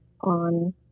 on